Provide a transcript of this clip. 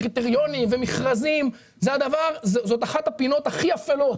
קריטריונים ומכרזים זאת אחת הפינות הכי אפלות